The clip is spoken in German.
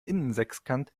innensechskant